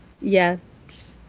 Yes